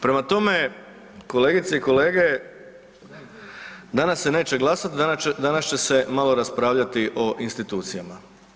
Prema tome, kolegice i kolege danas se neće glasati, danas će se malo raspravljati o institucijama.